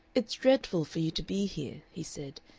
it's dreadful for you to be here, he said,